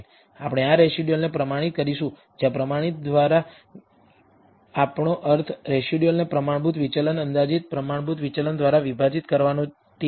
આપણે આ રેસિડયુઅલને પ્રમાણિત કરીશું જ્યાં પ્રમાણિત દ્વારા આપણો અર્થ રેસિડયુઅલને પ્રમાણભૂત વિચલન અંદાજિત પ્રમાણભૂત વિચલન દ્વારા વિભાજીત કરવાનો છે તે છે